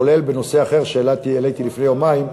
כולל בנושא אחר שהעליתי לפני יומיים,